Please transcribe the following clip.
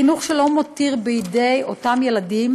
זה חינוך שלא מותיר בידי אותם ילדים